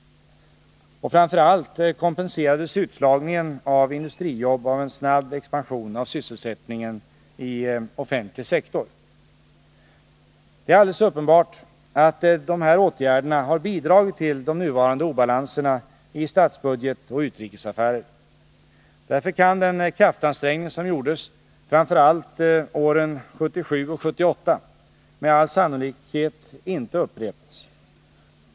Och framför allt kompenserades utslagningen av industrijobb av en snabb expansion av sysselsättningen i offentlig sektor. Det är alldeles uppenbart att dessa åtgärder har bidragit till de nuvarande obalanserna i statsbudget och utrikesaffärer. Därför kan den kraftansträngning som gjordes, framför allt åren 1977 och 1978, med all sannolikhet inte upprepas.